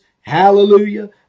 Hallelujah